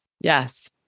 Yes